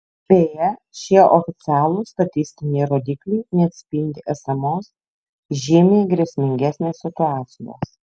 beje šie oficialūs statistiniai rodikliai neatspindi esamos žymiai grėsmingesnės situacijos